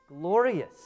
glorious